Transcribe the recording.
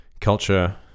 culture